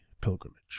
pilgrimage